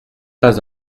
pas